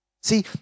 See